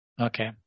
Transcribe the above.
Okay